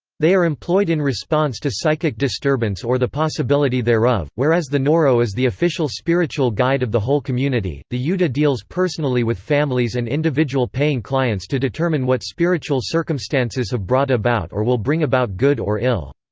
they are employed in response to psychic disturbance or the possibility thereof whereas the noro is the official spiritual guide of the whole community, the yuta deals personally with families and individual paying clients to determine what spiritual circumstances have brought about or will bring about good or ill.